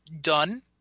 done